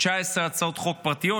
19 הצעות חוק פרטיות,